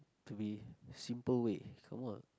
to be simple way